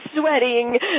sweating